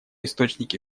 источники